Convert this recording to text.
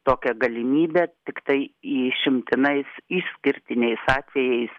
tokia galimybė tiktai išimtinais išskirtiniais atvejais